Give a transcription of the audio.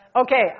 Okay